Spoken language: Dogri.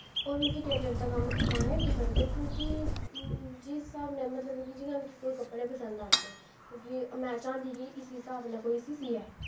और मिकी टेल्लर दा कम्म तां गै पसंद क्योंकि जिस हिसाब नाल जियां मतलव जियां मिगी कोई कपड़े पसंद आंदे में चांह्दी की इस्सै हिसाब न कोई इस्सी सियै